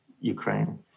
Ukraine